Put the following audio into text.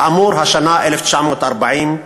כאמור, השנה: 1940,